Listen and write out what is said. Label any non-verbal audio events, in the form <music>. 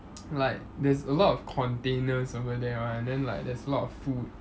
<noise> like there's a lot of containers over there [one] then like there's a lot of food